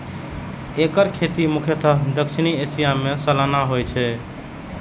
एकर खेती मुख्यतः दक्षिण एशिया मे सालाना होइ छै